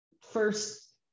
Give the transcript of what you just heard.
first